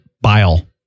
bile